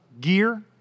gear